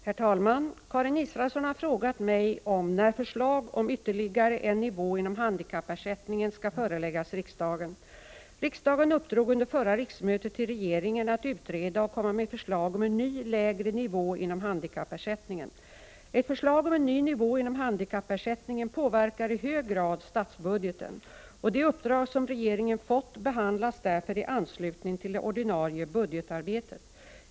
Herr talman! Karin Israelsson har frågat mig när förslag om ytterligare en nivå inom handikappersättningen skall föreläggas riksdagen. Riksdagen uppdrog under förra riksmötet till regeringen att utreda och komma med förslag om en ny lägre nivå inom handikappersättningen. Ett förslag om en ny nivå inom handikappersättningen påverkar i hög grad statsbudgeten, och det uppdrag som regeringen fått behandlas därför i anslutning till det ordinarie budgetarbetet.